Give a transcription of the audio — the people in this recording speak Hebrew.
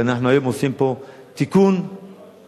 ואנחנו היום עושים פה תיקון עוול,